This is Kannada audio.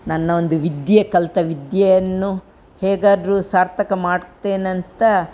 ನನ್ನ ಒಂದು ವಿದ್ಯೆ ಕಲಿತ ವಿದ್ಯೆಯನ್ನು ಹೇಗಾದರೂ ಸಾರ್ಥಕ ಮಾಡ್ತೇನಂತ